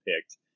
picked